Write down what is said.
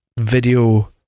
video